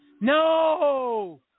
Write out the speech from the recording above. No